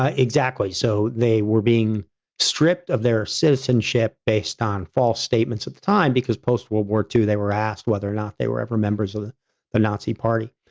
ah exactly. so, they were being stripped of their citizenship based on false statements at the time because post world war ii, they were asked whether or not they were ever members of the the nazi party.